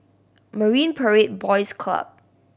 Marine Parade Boys Club